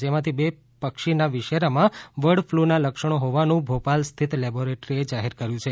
જેમાંથી બે પક્ષીના વિશેરામાં બર્ડફલુના લક્ષણો હોવાનું ભોપાલ સ્થિત લેબોરેટરી જાહેર કર્યું છે